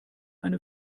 eine